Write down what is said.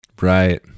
Right